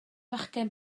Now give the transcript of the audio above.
fachgen